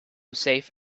safe